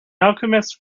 alchemist